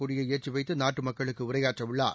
கொடியை ஏற்றி வைத்து நாட்டு மக்களுக்கு உரையாற்றவுள்ளார்